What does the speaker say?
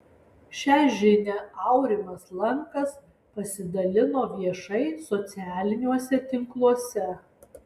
šią žinią aurimas lankas pasidalino viešai socialiniuose tinkluose